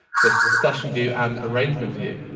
this session view and arrangement view.